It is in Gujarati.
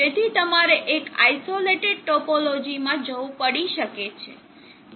તેથી તમારે એક આઇસોલેટેડ ટોપોલોજીમાં જવું પડી શકે છે